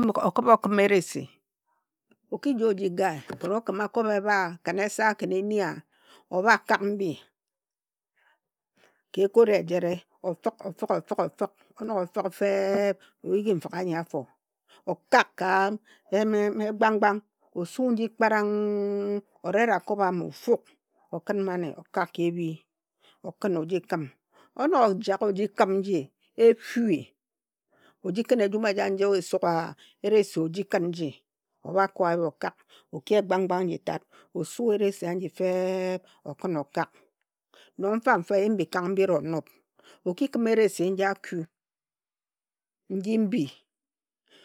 O khiba okhim eresi, oki ji o ji gae, khin okhima cup ebha e, khin esa a, khin enia, obha kak mbi ka ekoria ejire, ofiek. Ofiek, ofiek, ofiek, onog ofiek feeb, oyighi nfiek anyi afo okak ka em me egbangbang, osu nji kpara-ang, orere akob a ma ofuk, o khin mane okag ka ebhi, okhin o ji khim. Onog ojak oji khim nji, efu, o ji khin ejum eja nji esug-a eresi, oji khin nji obha ko ayip okak, okeb egbangban nji tat osu eresi aji feeb, okhin okak. Nong nfa nfa, eyim bi kangh m biro nob, oki khim eresi nji aku, nji mbi.